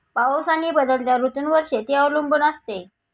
पाऊस आणि बदलत्या ऋतूंवर शेती अवलंबून असते